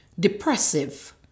depressive